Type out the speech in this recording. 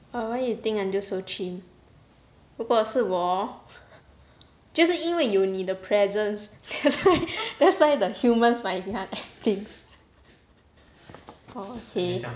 !wah! why you think until so chim 不过是我 hor 就是因为有你的 presence that's why that's why the humans might become extinct orh okay